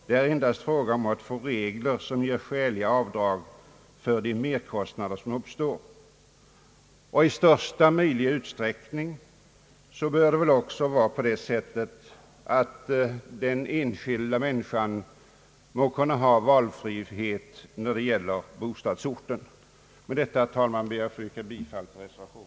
Det är endast fråga om att få regler som medger skäliga avdrag för de merkost nader som uppstår. I största möjliga utsträckning bör väl också den enskilda människan kunna ha sin valfrihet när det gäller bostadsort. Med det anförda, herr talman, ber jag att få yrka bifall till reservationen.